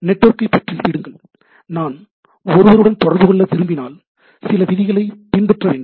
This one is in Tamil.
நெட்வொர்க்கைப் பற்றி விடுங்கள் நான் ஒருவருடன் தொடர்புகொள்ள விரும்பினால் சில விதிகளைப் பின்பற்ற வேண்டும்